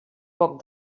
poc